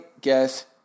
guess